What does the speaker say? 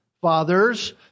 Fathers